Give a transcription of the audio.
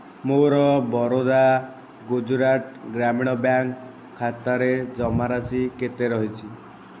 ମୋର ବରୋଦା ଗୁଜୁରାଟ ଗ୍ରାମୀଣ ବ୍ୟାଙ୍କ୍ ଖାତାରେ ଜମାରାଶି କେତେ ରହିଛି